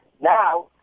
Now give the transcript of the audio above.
Now